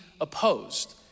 opposed